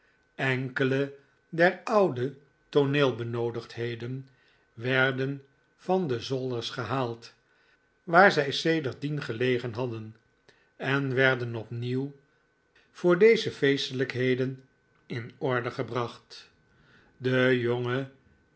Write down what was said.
enkele der oude tooneelbenoodigdheden werden van de zolders gehaald waar zij sedert dien gelegen hadden en werden opnieuw voor deze feestelijkheden in orde gebracht de jonge